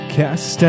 cast